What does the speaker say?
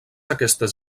aquestes